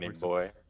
boy